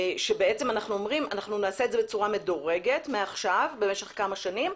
שאנחנו אומרים: נעשה את זה בצורה מדורגת מעכשיו במשך כמה שנים,